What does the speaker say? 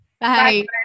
Bye